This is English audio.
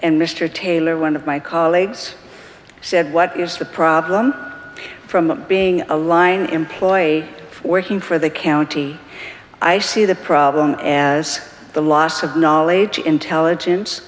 and mr taylor one of my colleagues said what is the problem from being a line employ for him for the county i see the problem as the loss of knowledge intelligence